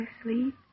asleep